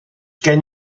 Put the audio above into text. gen